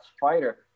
fighter